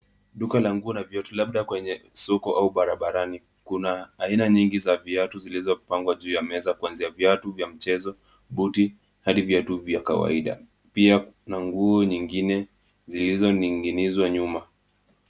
Duka la nguo la viatu labda kwenye soko au barabarani. Kuna aina nyingi za viatu zilizopangwa juu ya meza kuanzia viatu vya mchezo, buti, hadi viatu vya kawaida. Pia kuna nguo nyingine zilizoning'inizwa nyuma.